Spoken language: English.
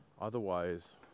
Otherwise